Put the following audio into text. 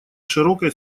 широкой